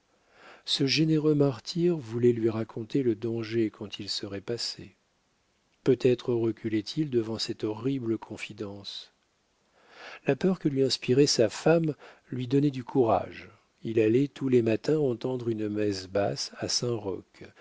ce généreux martyr voulait lui raconter le danger quand il serait passé peut-être reculait il devant cette horrible confidence la peur que lui inspirait sa femme lui donnait du courage il allait tous les matins entendre une messe basse à